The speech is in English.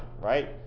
right